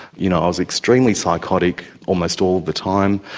you know i was extremely psychotic almost all the time,